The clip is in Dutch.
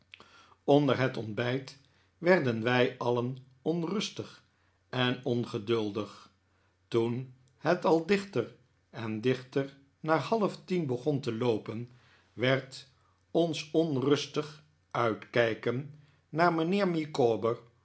onder het ontbijt werden wij alien onrustig en ongeduldig toen het al dichter en dichter naar half tien begon te loopen werd ons onrustig uitkijken naar mijnheer micawber